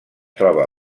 troba